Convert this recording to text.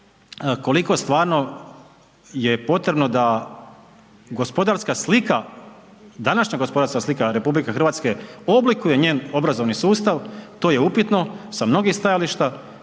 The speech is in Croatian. koliko stvarno je potrebno da gospodarska slika, današnja gospodarska slika RH oblikuje njen obrazovni sustav, to je upitno sa mnogih stajališta